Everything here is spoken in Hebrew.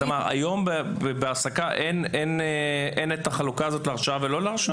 היום בהעסקה אין את החלוקה הזאת להרשעה ולא להרשעה?